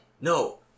No